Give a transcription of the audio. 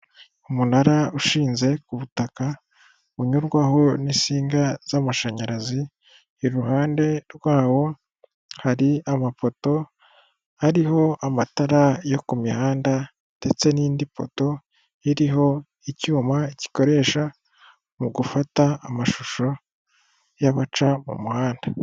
Umunara ushinze ku butaka, unyurwaho n'insinga z'amashanyarazi, iruhande rwawo hari amapoto, ariho amatara yo ku mihanda, ndetse n'indi poto iriho icyuma gikoreshwa mu gufata amashusho y'abaca mu muhanda.